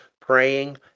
praying